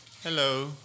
Hello